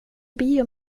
bio